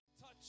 Touch